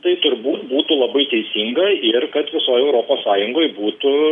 tai turbūt būtų labai teisinga ir kad visoj europos sąjungoj būtų